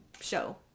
show